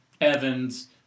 Evans